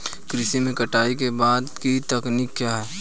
कृषि में कटाई के बाद की तकनीक क्या है?